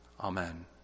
Amen